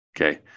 okay